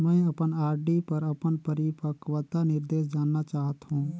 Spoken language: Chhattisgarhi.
मैं अपन आर.डी पर अपन परिपक्वता निर्देश जानना चाहत हों